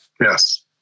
yes